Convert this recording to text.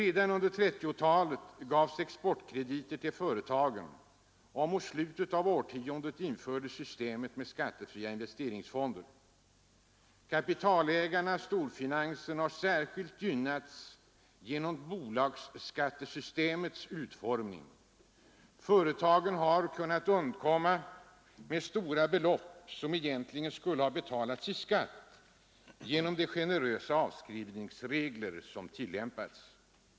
Redan under 1930-talet gavs exportkrediter till företagen, och mot slutet av årtiondet infördes systemet med skattefria investeringsfonder. Kapitalägarna-storfinansen har särskilt gynnats genom bolagsskattesystemets utformning. Företagen har, genom de generösa avskrivningsregler som tillämpats, kunnat undkomma med stora belopp som egentligen skulle ha betalats i skatt.